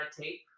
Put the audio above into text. tape